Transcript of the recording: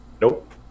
Nope